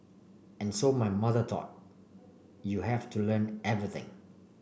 and so my mother thought you have to learn everything